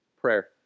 Prayer